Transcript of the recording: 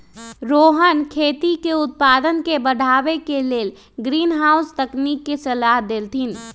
रोहन खेती के उत्पादन के बढ़ावे के लेल ग्रीनहाउस तकनिक के सलाह देलथिन